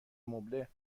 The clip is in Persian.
مبله